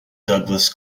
douglas